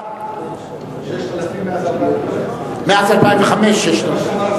חברי חברי הכנסת,